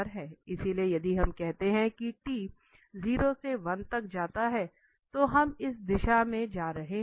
इसलिए यदि हम कहते हैं कि t 0 से 1 तक जाता है तो हम इस दिशा में जा रहे हैं